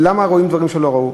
ולמה רואים דברים שלא ראו?